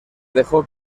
dejó